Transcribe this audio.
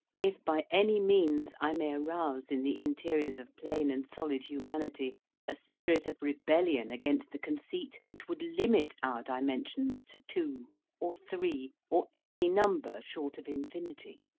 if by any means i may arouse in the interiors of plane and solid humanity a spirit of rebellion against the conceit which would limit our dimen sions to two or three or any number short of infinity.